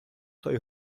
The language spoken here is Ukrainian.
той